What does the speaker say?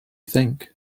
think